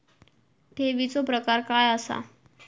ठेवीचो प्रकार काय असा?